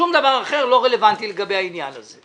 שום דבר אחר לא רלוונטי לגבי העניין הזה.